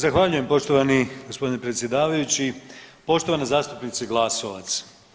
Zahvaljujem poštovani gospodine predsjedavajući, poštovana zastupnice Glasovac.